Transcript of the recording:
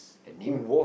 the name